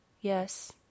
Yes